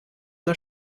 der